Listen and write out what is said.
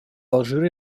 алжира